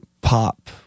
pop